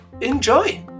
Enjoy